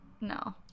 No